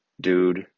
dude